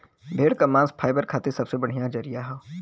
भेड़ क मांस फाइबर खातिर सबसे बढ़िया जरिया हौ